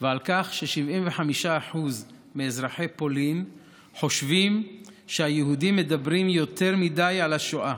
ועל כך ש-75% מאזרחי פולין חושבים שהיהודים מדברים יותר מדי על השואה.